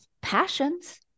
passions